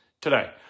today